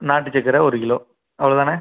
நாட்டுச்சக்கரை ஒரு கிலோ அவ்வளோ தானே